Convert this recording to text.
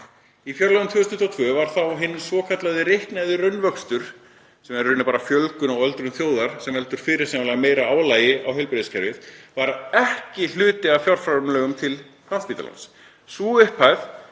í fjárlögum 2022 var hinn svokallaði reiknaði raunvöxtur, sem er í rauninni bara fjölgun og öldrun þjóðar sem veldur fyrirsjáanlega meira álagi á heilbrigðiskerfið, ekki hluti af fjárframlögum til Landspítalans. Sú upphæð